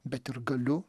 bet ir galiu